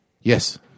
Yes